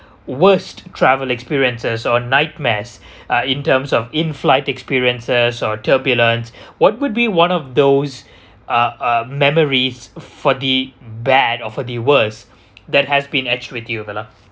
worst travel experiences sort of nightmares uh in terms of inflight experiences or turbulence what would be one of those uh uh memories for the bad or for the worse that has been edged with you vella